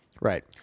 Right